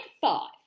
five